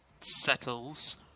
settles